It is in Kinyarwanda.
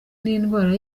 n’indwara